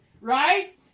right